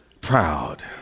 proud